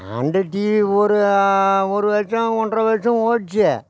அந்த டிவி ஒரு ஒரு வர்டம் ஒன்றை வர்டம் ஓடுச்சி